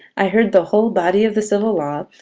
i heard the whole body of the civil law,